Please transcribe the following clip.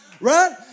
Right